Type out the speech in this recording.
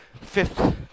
fifth